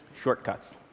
shortcuts